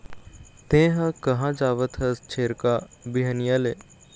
तेंहा कहाँ जावत हस छेरका, बिहनिया ले?